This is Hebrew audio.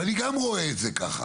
ואני גם רואה את זה ככה.